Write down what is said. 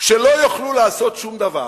שלא יוכלו לעשות שום דבר,